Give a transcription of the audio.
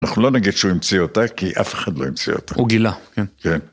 אנחנו לא נגיד שהוא המציא אותה, כי אף אחד לא המציא אותה. הוא גילה. כן.